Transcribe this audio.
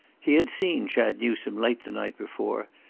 he had seen chad newsome late the night before,